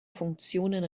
funktionen